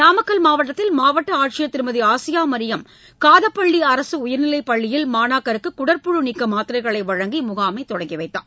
நாமக்கல் மாவட்டத்தில் மாவட்ட ஆட்சியர் திருமதி ஆசியாமரியம் காதப்பள்ளி அரசு உயர்நிலைப் பள்ளியில் மாணாக்கருக்கு குடற்புழு நீக்க மாத்திரைகளை வழங்கி இம்முகாமை தொடங்கிவைத்தார்